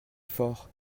forts